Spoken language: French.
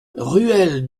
ruelle